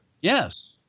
Yes